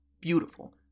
beautiful